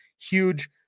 huge